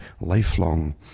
lifelong